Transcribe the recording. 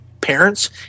parents